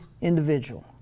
individual